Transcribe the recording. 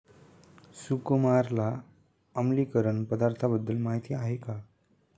सुकुमारला आम्लीकरण पदार्थांबद्दल माहिती आहे का?